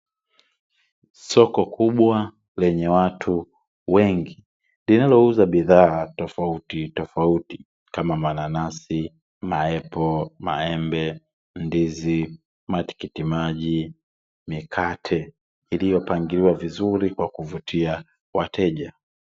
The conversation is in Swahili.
Soko kubwa lenye watu wengi, linalouza bidhaa tofautitofauti kama; mananasi, maepo, maembe, ndizi, matikiti maji, mikate iliyopangiliwa vizuri kwa kuvutia wateja.